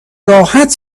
راحت